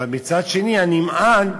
אבל מצד שני הנמען,